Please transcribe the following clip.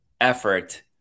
effort